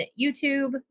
YouTube